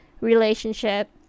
relationship